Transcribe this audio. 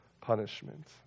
punishment